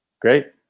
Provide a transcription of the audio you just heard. Great